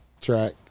track